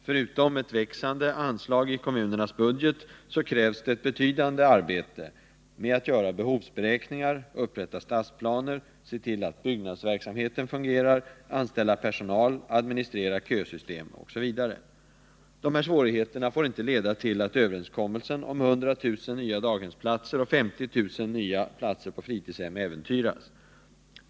Förutom ett växande anslag i kommunernas budget krävs ett betydande arbete med att göra behovsberäkningar, upprätta stadsplaner, se till att byggnadsverksamheten fungerar, anställa personal, administrera kösystem osv. Dessa svårigheter får inte leda till att överenskommelsen om 100 000 nya daghemsplatser och 50 000 nya platser på fritidshem äventyras.